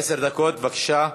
עשר דקות, בבקשה.